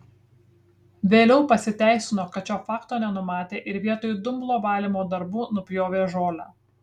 vėliau pasiteisino kad šio fakto nenumatė ir vietoj dumblo valymo darbų nupjovė žolę